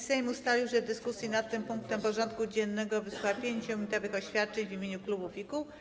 Sejm ustalił, że w dyskusji nad tym punktem porządku dziennego wysłucha 5-minutowych oświadczeń w imieniu klubów i kół.